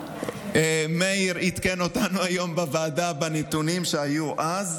מאיר עדכן אותנו היום בוועדה בנתונים שהיו אז,